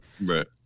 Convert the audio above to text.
Right